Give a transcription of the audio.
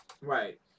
Right